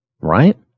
right